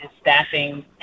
staffing